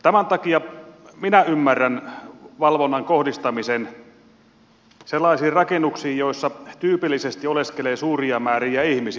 tämän takia minä ymmärrän valvonnan kohdistamisen sellaisiin rakennuksiin joissa tyypillisesti oleskelee suuria määriä ihmisiä